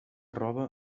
roba